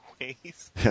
Ways